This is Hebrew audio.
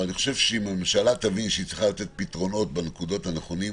אבל אני חושב שאם הממשלה תבין שהיא צריכה לתת פתרונות בנקודות הנכונות,